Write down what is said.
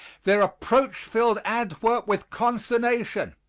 their approach filled antwerp with consternation,